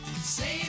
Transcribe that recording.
save